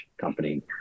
company